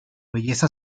belleza